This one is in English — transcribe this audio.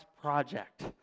project